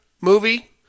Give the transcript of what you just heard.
movie